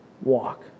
walk